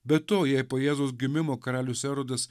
be to jei po jėzaus gimimo karalius erodas